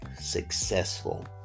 successful